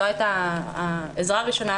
זו הייתה העזרה הראשונה